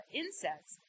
insects